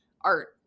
art